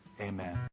amen